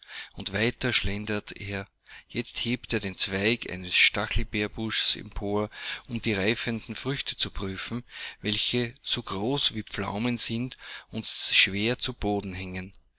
und weiter schlendert er jetzt hebt er den zweig eines stachelbeerbusches empor um die reifenden früchte zu prüfen welche so groß wie pflaumen sind und schwer zu boden hängen